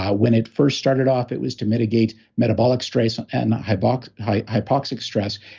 ah when it first started off, it was to mitigate metabolic stress and and hypoxic hypoxic stress.